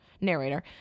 narrator